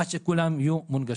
עד שכולן יהיו מונגשות.